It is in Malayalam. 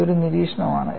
ഇത് ഒരു നിരീക്ഷണമാണ്